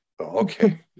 Okay